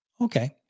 Okay